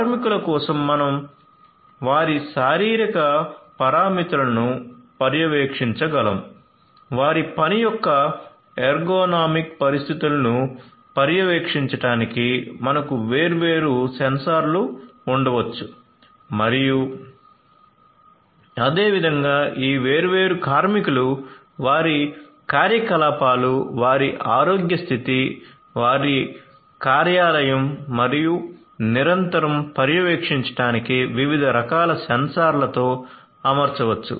కార్మికుల కోసం మనం వారి శారీరక పారామితులను పర్యవేక్షించగలము వారి పని యొక్క ఎర్గోనామిక్ పరిస్థితులను పర్యవేక్షించడానికి మనకు వేర్వేరు సెన్సార్లు ఉండవచ్చు మరియు అదేవిధంగా ఈ వేర్వేరు కార్మికులు వారి కార్యకలాపాలు వారి ఆరోగ్య స్థితి వారి కార్యాలయం మరియు నిరంతరం పర్యవేక్షించడానికి వివిధ రకాల సెన్సార్లతో అమర్చవచ్చు